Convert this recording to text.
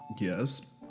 Yes